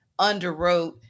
underwrote